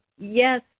Yes